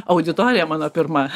auditorija mano pirma